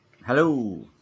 Hello